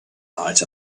night